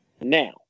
now